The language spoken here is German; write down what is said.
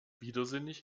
widersinnig